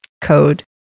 code